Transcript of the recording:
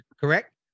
correct